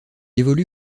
évolue